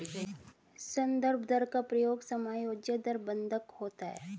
संदर्भ दर का प्रयोग समायोज्य दर बंधक होता है